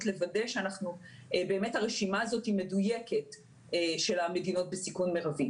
לוודא שבאמת רשימת המדינות בסיכון מרבי מדויקת.